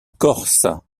corse